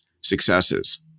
successes